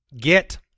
get